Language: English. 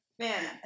Man